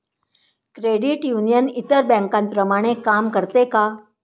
Credit union इतर बँकांप्रमाणे काम करते का?